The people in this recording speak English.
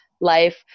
life